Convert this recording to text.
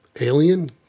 Alien